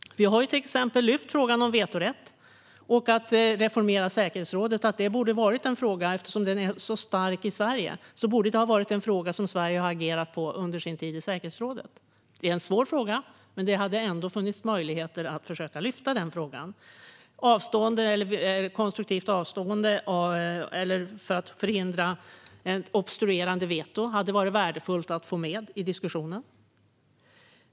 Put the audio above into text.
Vi har till exempel lyft upp frågan om vetorätt och en reformering av säkerhetsrådet. Eftersom den frågan är så stark i Sverige borde det ha varit en fråga som Sverige agerade på under sin tid i säkerhetsrådet. Det är en svår fråga, men det fanns möjligheter att lyfta upp den. Konstruktivt avstående för att förhindra ett obstruerande veto hade varit värdefullt att få med i diskussionen.